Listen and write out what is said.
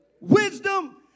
wisdom